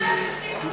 ובזכותכם,